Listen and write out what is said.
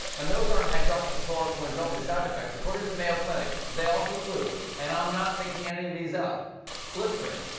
and those aren't hydroxychloroquine's only side effects. according to the mayo clinic, they also include and i'm not making any of these up blistering,